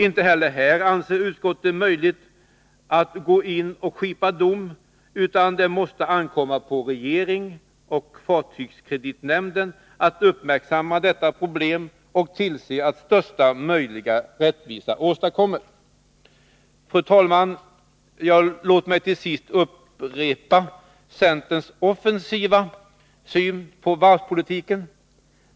Inte heller här anser utskottet det möjligt att gå in och skipa dom, utan det måste ankomma på regeringen och fartygskreditnämnden att uppmärksamma detta problem och tillse att största möjliga rättvisa åstadkommes. Fru talman! Låt mig till sist upprepa centerns offensiva syn på varvspolitiken.